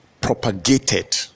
propagated